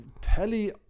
telly